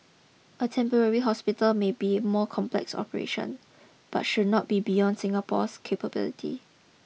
a temporary hospital may be a more complex operation but should not be beyond Singapore's capability